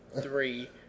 three